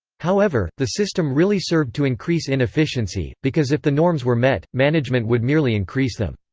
however, the system really served to increase inefficiency, because if the norms were met, management would merely increase them.